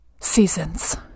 seasons